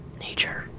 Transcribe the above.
Nature